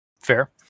Fair